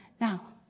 Now